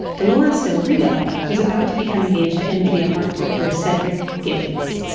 dolores del rio was about to become engaged to mgm art director cedric gibbons.